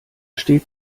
steht